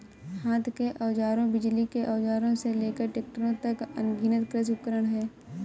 हाथ के औजारों, बिजली के औजारों से लेकर ट्रैक्टरों तक, अनगिनत कृषि उपकरण हैं